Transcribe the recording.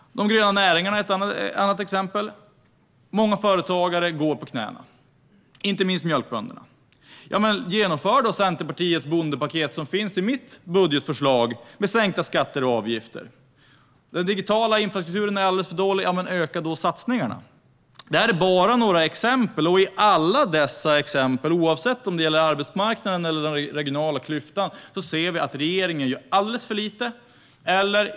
De gröna näringarna är ett annat exempel. Många företagare går på knäna, inte minst mjölkbönderna. Genomför då Centerpartiets bondepaket med sänkta skatter och avgifter som finns i vårt budgetförslag! Den digitala infrastrukturen är alldeles för dålig. Men öka då satsningarna! Detta är bara några exempel, och i alla av dem - oavsett om det gäller arbetsmarknaden eller den regionala klyftan - ser vi att regeringen gör alldeles för lite.